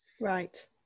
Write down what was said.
right